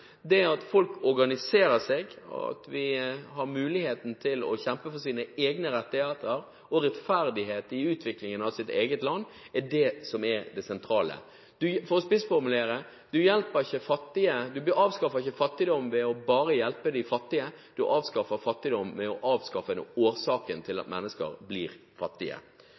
Det at folk organiserer seg, at de har muligheten til å kjempe for sine egne rettigheter og rettferdighet i utviklingen av sitt eget land, er det som er det sentrale. For å spissformulere: Du avskaffer ikke fattigdom ved bare å hjelpe de fattige, du avskaffer fattigdom ved å avskaffe årsaken til at mennesker blir fattige.